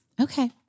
Okay